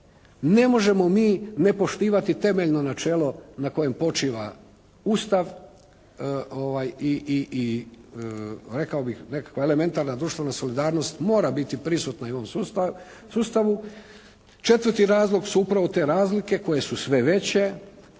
Ne možemo mi nepoštivati temeljno načelo na kojem počiva Ustav. I rekao bih nekakva elementarna društvena solidarnost mora biti prisutna i u ovom sustavu. Četvrti razlog su upravo te razlike koje su sve veće,